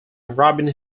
robin